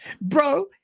bro